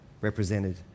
represented